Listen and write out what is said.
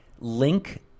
Link